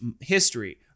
history